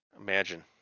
Imagine